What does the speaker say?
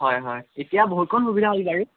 হয় হয় এতিয়া বহুতকণ সুবিধা হ'ল গাড়ীৰ